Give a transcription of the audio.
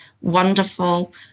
wonderful